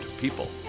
people